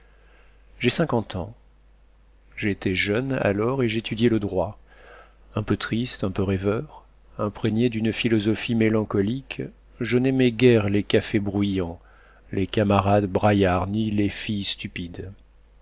j'ai cinquante ans j'étais jeune alors et j'étudiais le droit un peu triste un peu rêveur imprégné d'une philosophie mélancolique je n'aimais guère les cafés bruyants les camarades braillards ni les filles stupides